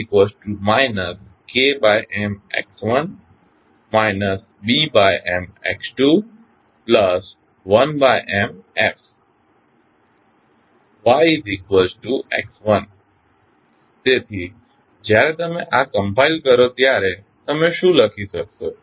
d x1d tx2 d x2d t KMx1t BMx2t1Mft ytx1t તેથી જ્યારે તમે આ કમ્પાઇલ કરો ત્યારે તમે શું લખી શકો છો